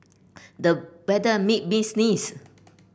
the weather made me sneeze